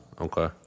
Okay